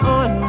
on